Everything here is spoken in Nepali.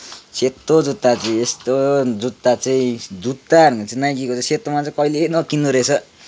सेतो जुत्ता चाहिँ यस्तो जुत्ता चाहिँ जुत्ता भनेपछि चाहिँ नाइकिको चाहिँ सेतोमा चाहिँ कहिले नकिन्नु रहेछ